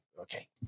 Okay